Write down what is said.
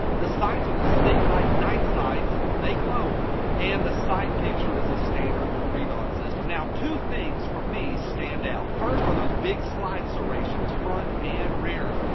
the sights are the sig light night sights. they glow and the sight picture is a standard three dot system. now two things for me stand out. first are those big slide serrations, front and rear.